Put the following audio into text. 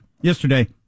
yesterday